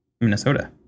Minnesota